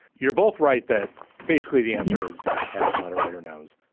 you're both right that basically the answer is as the letter writer knows.